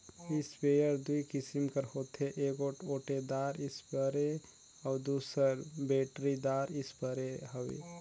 sprayer दूई किसिम कर होथे एगोट ओटेदार इस्परे अउ दूसर बेटरीदार इस्परे हवे